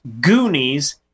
Goonies